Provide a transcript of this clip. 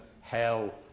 hell